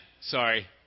sorry